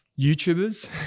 youtubers